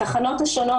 בתחנות השונות,